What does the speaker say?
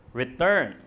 return